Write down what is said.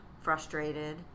frustrated